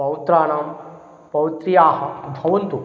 पौत्राणां पौत्र्याः भवन्तु